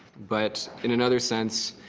but in another sense,